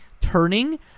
turning